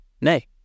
nay